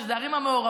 שזה הערים המעורבות,